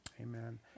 Amen